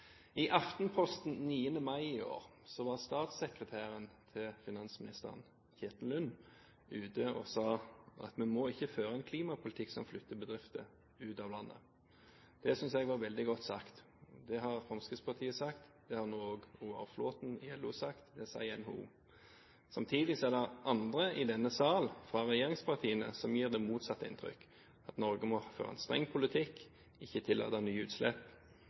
sa at vi ikke må føre en klimapolitikk som flytter bedrifter ut av landet. Det synes jeg var veldig godt sagt. Det har Fremskrittspartiet sagt, det har nå også Roar Flåthen i LO sagt, og det sier NHO. Samtidig er det andre i denne sal fra regjeringspartiene som gir det motsatte inntrykk: Norge må føre en streng politikk, ikke tillate nye utslipp.